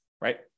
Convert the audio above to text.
right